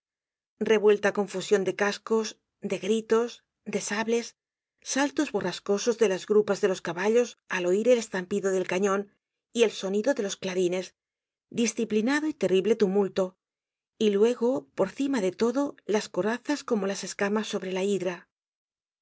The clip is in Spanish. revuelta confusion de cascos de gritos de sables saltos borrascosos de las grupas de los caballos al oir el estampido del cañon y el sonido de los clarines disciplinado y terrible tumulto y luego por cima de todo las corazas como las escamas sobre la hidra